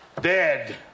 dead